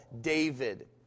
David